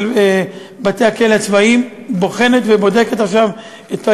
בתי-הכלא הצבאיים בוחנת ובודקת עכשיו את האירוע,